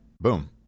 boom